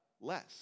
less